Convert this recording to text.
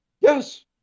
Yes